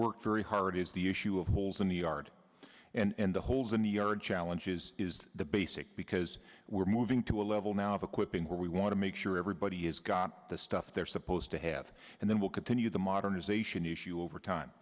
worked very hard is the issue of holes in the yard and the holes in the yard challenges is the basic because we're moving to a level now of equipping where we want to make sure everybody has got the stuff they're supposed to have and then we'll continue the modernization issue over time